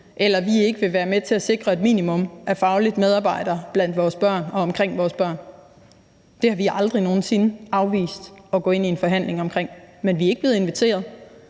eller at vi ikke vil være med til at sikre et minimum af faglige medarbejdere blandt vores børn og omkring vores børn. Det har vi aldrig nogen sinde afvist at gå ind i en forhandling om, men vi er jo ikke blevet inviteret.